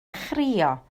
chrio